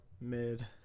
Mid